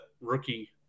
rookie